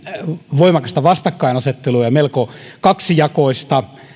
voimakasta vastakkainasettelua ja melko kaksijakoista